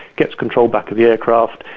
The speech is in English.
gets control back of the aircraft.